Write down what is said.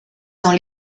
dans